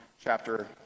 chapter